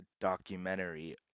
documentary